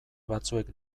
batzuek